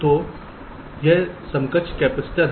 तो यह समकक्ष कैपेसिटर है